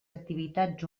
activitats